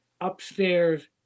upstairs